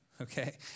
Okay